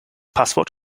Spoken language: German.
passwort